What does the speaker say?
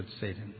Satan